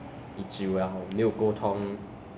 it's like my primary school friend lah like